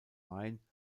main